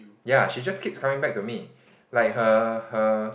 ya she just keeps coming back to me like her her